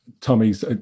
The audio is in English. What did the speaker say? Tommy's